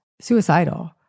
suicidal